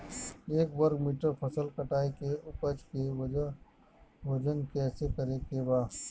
एक वर्ग मीटर फसल कटाई के उपज के वजन कैसे करे के बा?